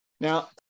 Now